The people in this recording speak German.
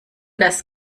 das